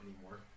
anymore